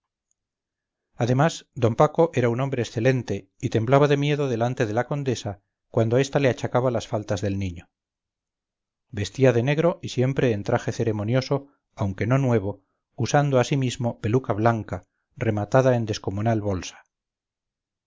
además d paco era un hombre excelente y temblaba de miedo delante de la condesa cuando esta le achacaba las faltas del niño vestía de negro y siempre en traje ceremonioso aunque no nuevo usando asimismo peluca blanca rematada en descomunal bolsa